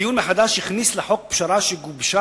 הדיון מחדש הכניס לחוק פשרה שגובשה